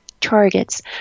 targets